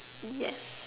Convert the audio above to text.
yes